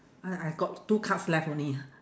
I I got two cards left only ah